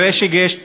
כנראה יש תוכנית